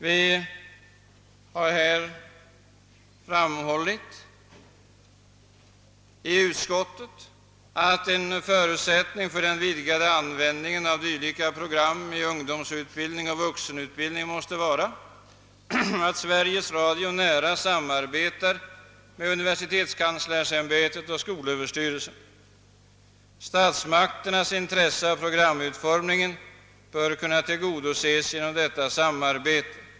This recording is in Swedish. Vi har framhållit att en förutsättning för den vidgade användningen av dylika program med ungdomsutbildning och vuxenutbildning måste vara, att Sveriges Radio nära samarbetar med universitetskanslersämbetet och skolöverstyrelsen. Statsmakternas intressen när det gäller programutformningen bör kunna tillgodoses genom detta samarbete.